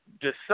decide